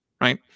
right